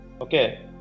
Okay